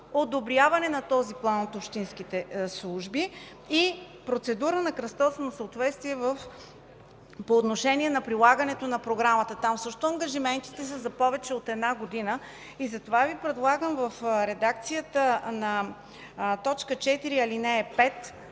одобряване на този план от общинските служби и процедура на кръстосано съответствие по отношение на прилагането на програмата. Там също ангажиментите са за повече от една година. Затова Ви предлагам в редакцията на т. 4, ал. 5